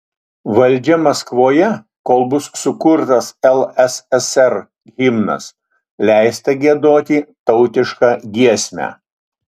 valdžia maskvoje kol bus sukurtas lssr himnas leista giedoti tautišką giesmę